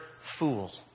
fool